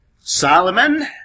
Solomon